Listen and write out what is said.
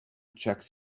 checks